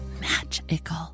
magical